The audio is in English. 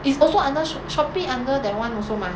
it's also under shop~ Shopee under that [one] also mah